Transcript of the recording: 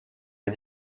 est